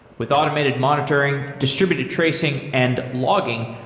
with automated monitoring, distributed tracing and logging,